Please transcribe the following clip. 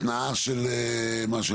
התנעה של משהו.